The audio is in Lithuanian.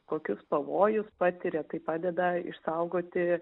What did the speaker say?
kokius pavojus patiria tai padeda išsaugoti